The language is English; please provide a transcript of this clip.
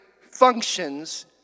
functions